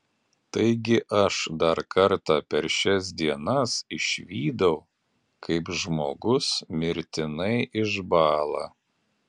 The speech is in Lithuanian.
taigi aš dar kartą per šias dienas išvydau kaip žmogus mirtinai išbąla